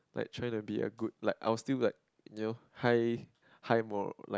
like trying to be a good like I was still like you know high high mor~ like